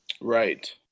Right